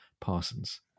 parsons